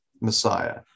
Messiah